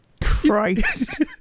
Christ